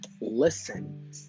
listen